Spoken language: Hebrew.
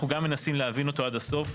אנחנו גם מנסים להבין אותו עד הסוף.